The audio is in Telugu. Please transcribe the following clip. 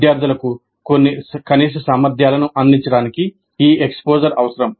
విద్యార్థులకు కొన్ని కనీస సామర్థ్యాలను అందించడానికి ఈ ఎక్స్పోజర్ అవసరం